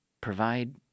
provide